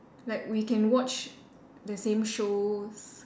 like we can watch the same shows